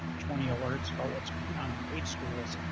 twenty alerts about what's going on in eight schools,